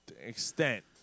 extent